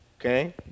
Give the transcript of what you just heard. Okay